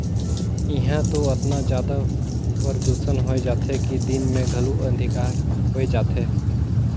इहां तो अतना जादा परदूसन होए जाथे कि दिन मे घलो अंधिकार होए जाथे